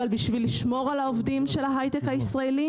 כדי לשמור על העובדים של ההיי-טק הישראלי